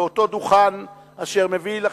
באותו דוכן, אשר מביא לכם,